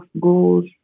goals